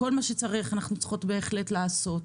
כל מה שצריך אנחנו צריכות בהחלט לעשות.